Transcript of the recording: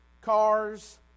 cars